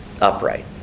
upright